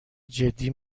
جدی